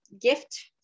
gift